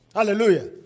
Hallelujah